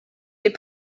des